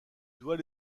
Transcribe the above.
doit